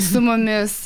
su mumis